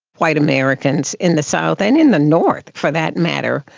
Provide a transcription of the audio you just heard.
white americans in the south, and in the north for that matter,